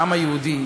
העם היהודי,